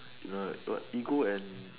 you know like what ego and